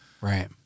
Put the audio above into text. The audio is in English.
Right